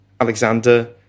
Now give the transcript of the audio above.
Alexander